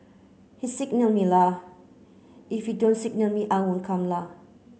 he signal me la if he don't signal me I won't come la